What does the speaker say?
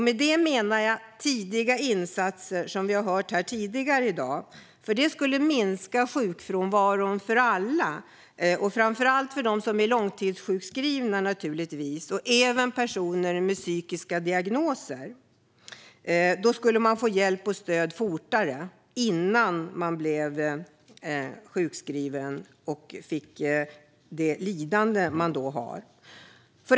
Med det menar jag tidiga insatser, som vi har hört om här tidigare i dag, för de skulle minska sjukfrånvaron för alla, framför allt för de långtidssjukskrivna, naturligtvis. Även personer med psykiska diagnoser skulle få hjälp och stöd fortare, innan de blir sjukskrivna och behöver uppleva det lidande de nu går igenom.